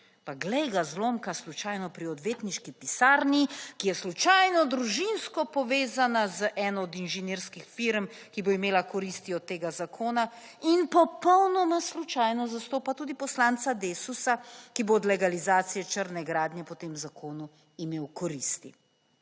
pa glej ga zlomka slučajno pri odvetniški pisarni, ki je slučajno družinsko povezana z eno od inženirskih firm, ki bo imela koristi od tega zakona in popolnoma slučajno zastopa tudi poslanca Desusa, ki bo od legalizacije črne gradnje po tem zakonu imel koristi.